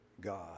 God